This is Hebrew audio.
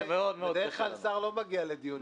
בדרך כלל שר לא מגיע לדיונים כאלה.